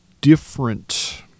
different